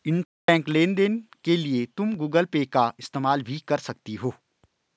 intrabank लेन देन के लिए तुम गूगल पे का इस्तेमाल भी कर सकती हो